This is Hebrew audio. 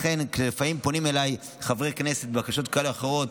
לפעמים פונים אליי חברי כנסת בבקשות כאלה ואחרות,